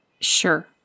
Sure